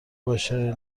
باشه